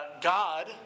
God